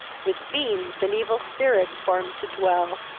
with fiends and evil spirits formed to dwell.